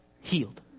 healed